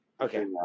Okay